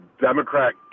Democrat